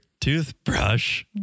toothbrush